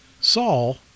Saul